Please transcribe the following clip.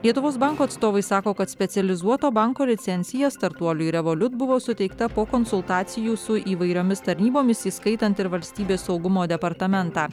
lietuvos banko atstovai sako kad specializuoto banko licencija startuoliui revoliut buvo suteikta po konsultacijų su įvairiomis tarnybomis įskaitant ir valstybės saugumo departamentą